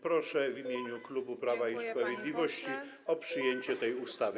Proszę w imieniu klubu Prawa i Sprawiedliwości o przyjęcie tej ustawy.